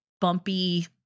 bumpy